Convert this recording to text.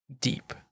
deep